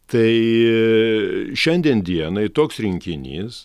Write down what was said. tai šiandien dienai toks rinkinys